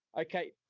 Okay